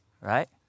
Right